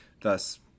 Thus